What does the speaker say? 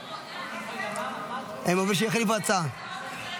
הם אומרים שהחליפו הצעה.